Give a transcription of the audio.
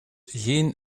geen